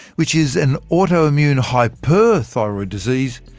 which is an autoimmune hyperthyroid disease,